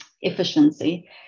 efficiency